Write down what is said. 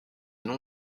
nom